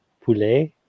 Poulet